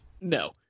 No